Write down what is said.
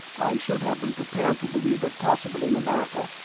i should have been prepared to believe it possible in america,